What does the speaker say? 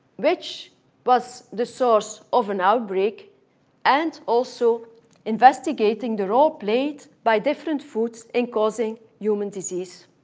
which was the source of an outbreak and also investigating the role played by different foods in causing human disease.